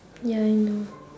ya I know